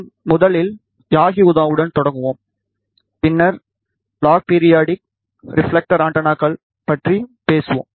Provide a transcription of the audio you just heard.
நாம் முதலில் யாகி உதாவுடன் தொடங்குவோம் பின்னர் லாஃ பீரியாடிக் ரிப்ஃலெக்டர் ஆண்டெனாக்கள் பற்றி பேசுவோம்